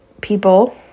people